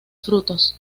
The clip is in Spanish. frutos